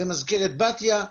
במזכרת בתיה,